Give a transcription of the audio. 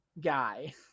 guy